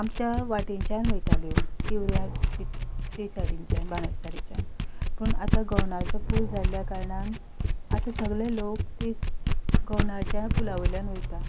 आमच्या वाटेनच्यान वयताल्यो ते सायडीच्यान बाणस्तारीच्यान पूण आतां पूल जाल्ल्या कारणान आतां सगळे लोक पूला वयल्यान वयता